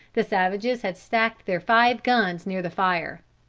the savages had stacked their five guns near the fire.